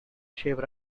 shape